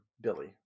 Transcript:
Billy